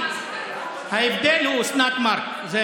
ההבדל הוא אוסנת מארק.